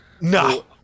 no